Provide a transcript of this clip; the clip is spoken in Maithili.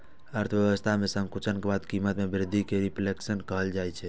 अर्थव्यवस्था मे संकुचन के बाद कीमत मे वृद्धि कें रिफ्लेशन कहल जाइ छै